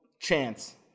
chance